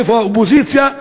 איפה האופוזיציה?